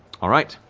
all right,